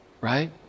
right